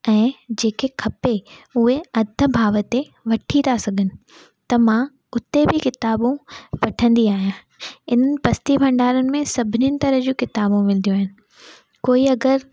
ऐं जेके खपे उहे अधि भाव ते वठी था सघनि त मां उते बि किताबूं वठंदी आहियां इन बस्ती भंडारनि में सभिनीनि तरह जी किताबूं मिलदियूं आहिनि कोई अगरि